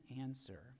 answer